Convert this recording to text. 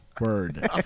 word